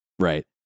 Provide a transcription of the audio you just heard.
Right